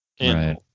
Right